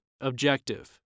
objective